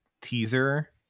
teaser